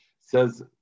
says